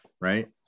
right